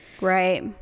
Right